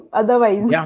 otherwise